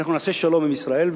אנחנו נעשה שלום עם ישראל,